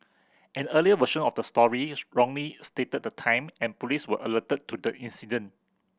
an earlier version of the story wrongly stated the time and police were alerted to the incident